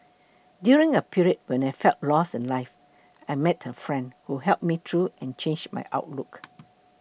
during a period when I felt lost in life I met a friend who helped me and changed my outlook